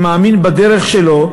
שמאמין בדרך שלו,